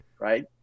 right